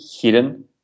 hidden